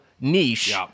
niche